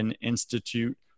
Institute